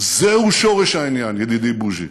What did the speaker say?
זהו שורש העניין, ידידי בוז'י.